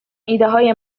ایدههای